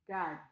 God